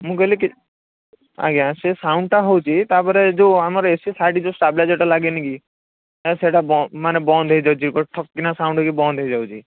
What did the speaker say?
ମୁଁ କହିଲି ଆଜ୍ଞା ସେ ସାଉଣ୍ଡଟା ହେଉଛି ତା'ପରେ ଯେଉଁ ଆମର ଏ ସି ସାଇଡ଼୍ରେ ଯେଉଁ ଷ୍ଟାବିଲାଇଜର୍ଟା ଲାଗିନି କି ଏ ସେଟା ବନ୍ଦ ମାନେ ବନ୍ଦ ହେଇଯାଉଛି ମାନେ ଠକ୍ କିନା ସାଉଣ୍ଡ ହେଇକି ବନ୍ଦ ହେଇଯାଉଛି